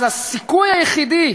אז הסיכוי היחידי